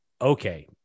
okay